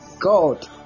God